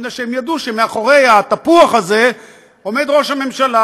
מפני שהם ידעו שמאחורי התפוח הזה עומד ראש הממשלה,